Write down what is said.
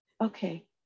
okay